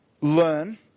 learn